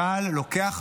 צה"ל לוקח אחריות,